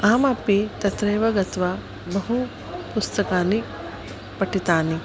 अहमपि तत्रैव गत्वा बहूनि पुस्तकानि पठितानि